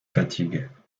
fatigues